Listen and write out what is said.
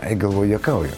ai galvoju juokauja